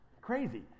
crazy